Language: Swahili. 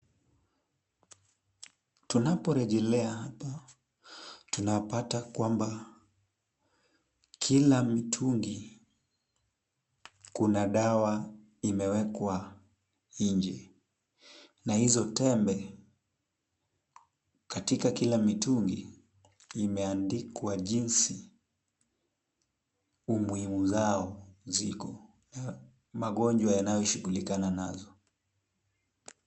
Tunaporejelea huku, tunapata ya kwamba kila mtungi kuna dawa zilizowekwa nje, na hizo tembe. Katika kila mtungi imeandikwa jinsi umuhimu zao ziko na magonjwa yanayoshughulikana nazo.